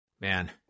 Man